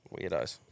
weirdos